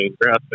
grass